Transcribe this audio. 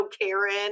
Karen